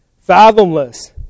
fathomless